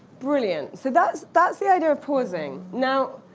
brilliant. so that's that's the idea of pausing. now,